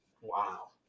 wow